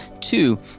Two